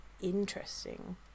interesting